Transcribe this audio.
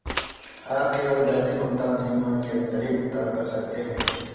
आप केवल दैनिक भुगतान सीमा के अंदर ही भुगतान कर सकते है